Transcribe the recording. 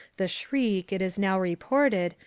the shriek, it is now reported,